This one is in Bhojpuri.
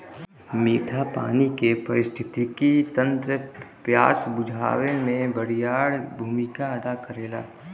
मीठा पानी के पारिस्थितिकी तंत्र प्यास बुझावे में बड़ियार भूमिका अदा करेला